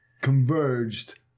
converged